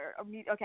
Okay